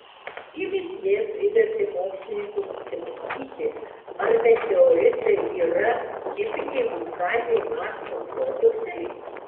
ši mįslė privertė mokslininkus susimąstyti ar meteoritai yra tipiniai vulkaniniai marso produktai